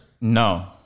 No